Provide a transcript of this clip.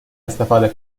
استفاده